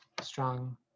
strong